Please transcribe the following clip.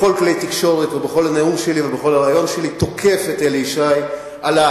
בכל כלי תקשורת ובכל נאום שלי ובכל ריאיון שלי תוקף את אלי ישי על,